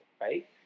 right